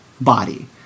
body